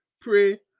pray